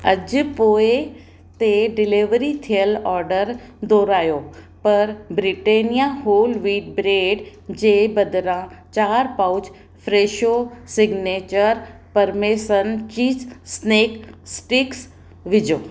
अॼु पोइ ते डिलीवरी थियलु ऑर्डर दुहरायो पर ब्रिटेनिया होल वीट ब्रेड जे बदिरां चार pouch Fresho signature parmesan cheese snack sticks विझो